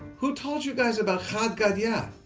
who told you guys about had gadya?